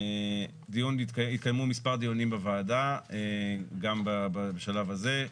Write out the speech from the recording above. התקיימו מספר דיונים בוועדה, גם בשלב הזה.